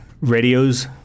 Radios